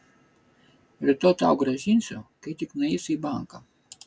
rytoj tau grąžinsiu kai tik nueisiu į banką